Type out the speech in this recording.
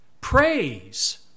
praise